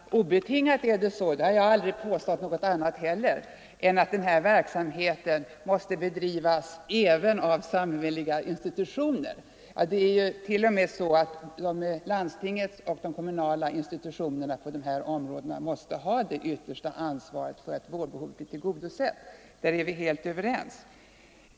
Herr talman! Obetingat är det så, och jag har aldrig heller påstått annat, att den här verksamheten måste bedrivas även av samhälleliga institutioner. Det är t.o.m. landstingens och kommunernas institutioner på de här områdena som måste ha det yttersta ansvaret för att vårdbehovet blir tillgodosett. Där är vi helt överens.